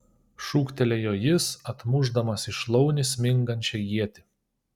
šūktelėjo jis atmušdamas į šlaunį smingančią ietį